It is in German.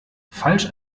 falsch